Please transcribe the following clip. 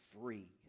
free